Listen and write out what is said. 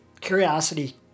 Curiosity